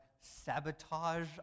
sabotage